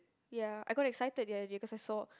ya I got excited ya because I saw